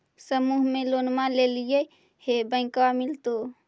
समुह मे लोनवा लेलिऐ है बैंकवा मिलतै?